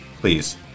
please